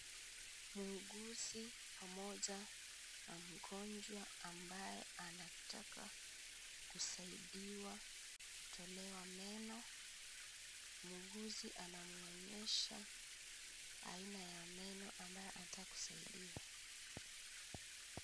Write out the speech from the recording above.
Muguzi pamoja na mgonjwa ambaye anataka kusaidiwa, kutolewa meno. Muguzi anamuonyesha aina ya meno ambayo anataka kusaidiwa.